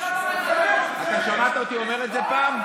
אתה שמעת אותי אומר את זה פעם?